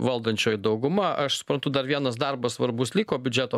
valdančioji dauguma aš suprantu dar vienas darbas svarbus liko biudžeto